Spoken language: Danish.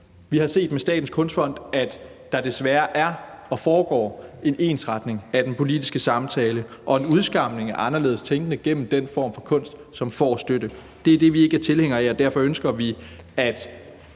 Vi har med Statens Kunstfond set, at der desværre er og foregår en ensretning af den politiske samtale og en udskamning af anderledes tænkende gennem den form for kunst, som får støtte. Det er det, vi ikke er tilhængere af, og derfor ønsker vi, at